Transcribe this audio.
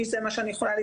אני רק